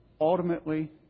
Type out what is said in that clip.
ultimately